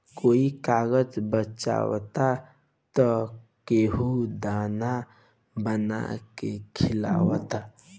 कोई कागज बचावता त केहू दाना बना के खिआवता